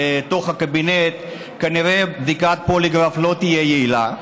בתוך הקבינט כנראה בדיקת פוליגרף לא תהיה יעילה.